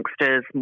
youngsters